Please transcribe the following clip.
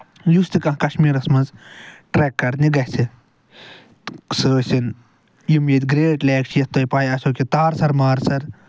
یُس تہِ کانہہ کَشمیٖرَس منٛز ٹرٮ۪ک کَرنہِ گژھِ سُہ ٲسِنۍ یِم ییٚتہِ گریٹ لٮ۪ک چھِ یَتھ تۄہہِ پاے آسٮ۪و کہِ تار سَر مارسَر